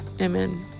Amen